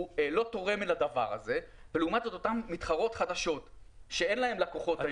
לא תורמת לדבר הזה ולעומת זאת אותן מתחרות חדשות שאין להן היום לקוחות,